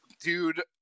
dude